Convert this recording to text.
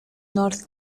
north